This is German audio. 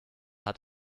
hat